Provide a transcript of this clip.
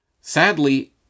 Sadly